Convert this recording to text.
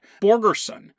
Borgerson